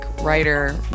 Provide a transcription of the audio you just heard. writer